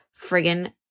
friggin